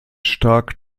stark